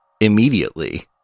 immediately